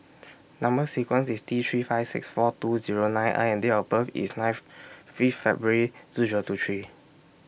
Number sequence IS T three five six four two Zero nine I and Date of birth IS ninth February two Zero two three